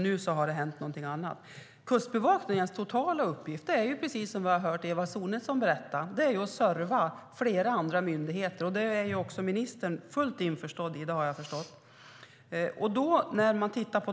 Nu har det hänt någonting annat. Kustbevakningens övergripande uppgift är, precis som vi har hört Eva Sonidsson berätta, att serva flera andra myndigheter. Det är ministern fullt införstådd med, har jag förstått.